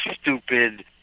stupid